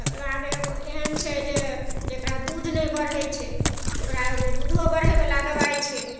तकर बाद एगो एहन छै जे जकरा दूध नहि बढ़ै छै ओकरा एगो दूधो बढ़ैवला दबाइ छै